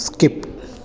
skip